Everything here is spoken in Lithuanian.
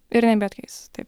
ir nebijoti keistis taip